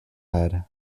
head